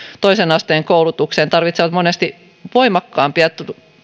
toisen asteen koulutukseen tarvitsevat monesti voimakkaampia